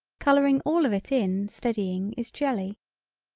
coloring all of it in steadying is jelly.